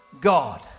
God